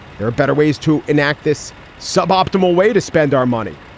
there are better ways to enact this suboptimal way to spend our money.